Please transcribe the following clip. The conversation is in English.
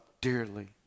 dearly